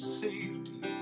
safety